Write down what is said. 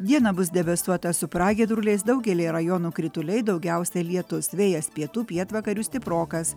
dieną bus debesuota su pragiedruliais daugelyje rajonų krituliai daugiausiai lietus vėjas pietų pietvakarių stiprokas